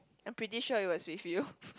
I'm pretty sure it was with you